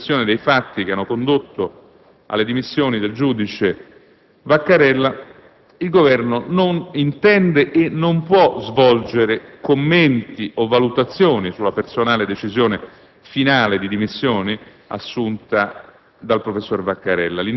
colleghi senatori, la successione dei fatti che hanno condotto alle dimissioni del giudice Vaccarella, il Governo non intende e non può svolgere commenti o valutazioni sulla personale decisione finale di dimissioni assunta